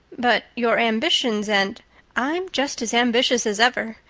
but your ambitions and i'm just as ambitious as ever.